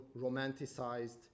romanticized